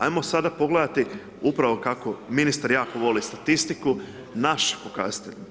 Ajmo sada pogledati upravo kako ministar jako voli statistiku, naš pokazatelj.